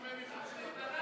אחמד,